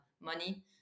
money